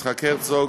יצחק הרצוג,